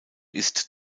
ist